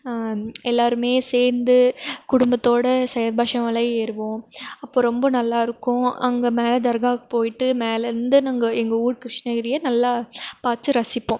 எல்லாருமே சேர்ந்து குடும்பத்தோட சையத் பாஷா மலை ஏறுவோம் அப்போ ரொம்ப நல்லா இருக்கும் அங்கே மேலே தர்காவுக்கு போயிவிட்டு மேலருந்து நாங்கள் எங்கள் ஊர் கிருஷ்ணகிரியை நல்லா பார்த்து ரசிப்போம்